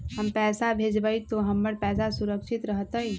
हम पैसा भेजबई तो हमर पैसा सुरक्षित रहतई?